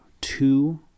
two